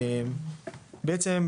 בעצם,